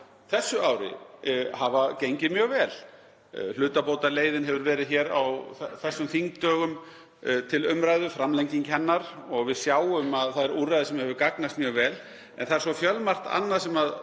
þessu ári hafa gengið mjög vel. Hlutabótaleiðin hefur verið til umræðu á þessum þingdögum, framlenging hennar, og við sjáum að það er úrræði sem hefur gagnast mjög vel. En það er svo fjölmargt annað sem